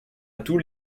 tous